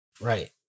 right